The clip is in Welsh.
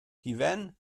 hufen